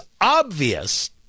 obvious